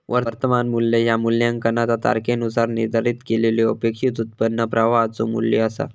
वर्तमान मू्ल्य ह्या मूल्यांकनाचा तारखेनुसार निर्धारित केलेल्यो अपेक्षित उत्पन्न प्रवाहाचो मू्ल्य असा